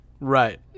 right